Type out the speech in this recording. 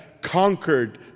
conquered